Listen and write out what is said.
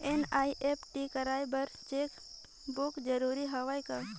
NEFT कराय बर cheque book जरूरी हवय का?